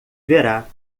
verá